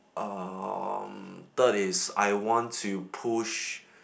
um third is I want to push